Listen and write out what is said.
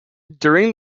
during